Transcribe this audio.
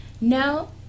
No